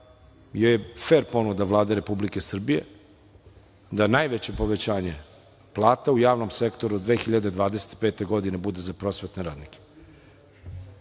je fer ponuda Vlade Republike Srbije, da je najveće povećanje plata u javnom sektoru u 2025. godini bude za prosvetne radnike,